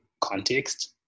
context